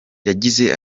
yagize